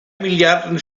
milliarden